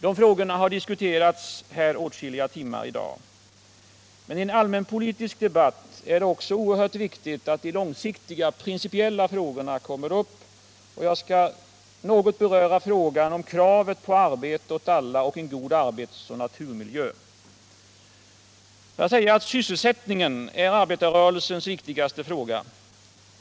Dessa frågor har diskuterats åtskilliga timmar i dag. Men i en allmänpolitisk debatt är det också oerhört viktigt att de långsiktiga, principiella frågorna tas upp. Jag skall något beröra frågan om kravet på arbete åt alla och en god arbetsoch naturmiljö. Sysselsättningen är arbetarrörelsens viktigaste fråga.